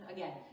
Again